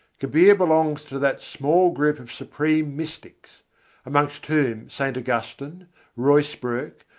kabir belongs to that small group of supreme mystics amongst whom st. augustine, ruysbroeck,